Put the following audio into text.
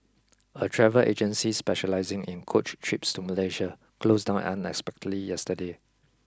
a travel agency specialising in coach trips to Malaysia closed down unexpectedly yesterday